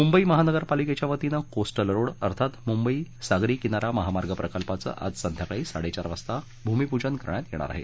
मुंबई महानगरपालिकेच्या वतीनं coastal road अर्थात मुंबई सागरी किनारा महामार्ग प्रकल्पाचं आज संध्याकाळी साडेचार वाजता भूमीपूजन करण्यात येणार आहे